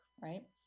right